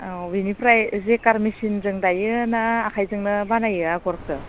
औ बेनिफ्राय जेकार मेसिनजों दायो ना आखाइजोंनो बानायो आगरखौ